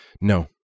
no